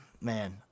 man